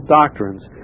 doctrines